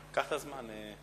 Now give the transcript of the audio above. כבוד היושב-ראש,